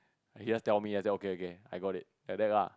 he just tell me I said okay okay I got it like that lah